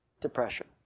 depression